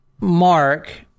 mark